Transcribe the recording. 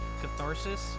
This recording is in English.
catharsis